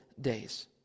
days